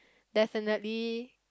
definitely